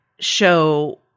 Show